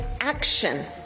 action